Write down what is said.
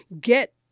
get